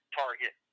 target